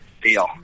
Deal